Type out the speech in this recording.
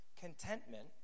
Contentment